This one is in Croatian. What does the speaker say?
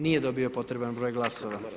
Nije dobio potreban broj glasova.